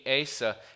Asa